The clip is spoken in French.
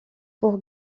pour